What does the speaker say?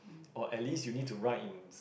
or at least you need to write in